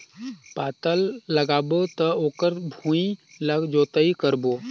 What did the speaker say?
पातल लगाबो त ओकर भुईं ला जोतई करबो?